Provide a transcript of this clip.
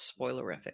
spoilerific